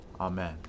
Amen